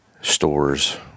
stores